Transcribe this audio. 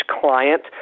client